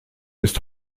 ist